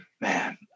man